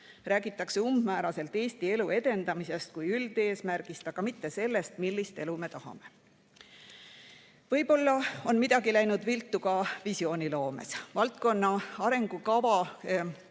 Räägitakse umbmääraselt Eesti elu edendamisest kui üldeesmärgist, aga mitte sellest, millist elu me tahame. Võib-olla on midagi läinud viltu ka visiooniloomes. Valdkonna arengukava eesmärkide